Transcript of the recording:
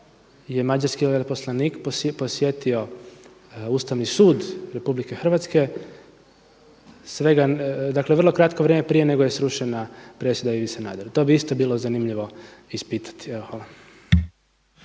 je mađarski veleposlanik posjetio Ustavni sud Republike Hrvatske svega, dakle vrlo kratko vrijeme prije nego je srušena presuda Ivi Sanaderu. To bi isto bilo zanimljivo ispitati.